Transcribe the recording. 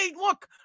look